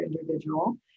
individual